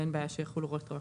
ואין בעיה שיחולו רטרואקטיבית.